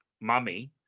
Mummy